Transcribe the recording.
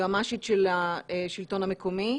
היועצת המשפטית של השלטון המקומי.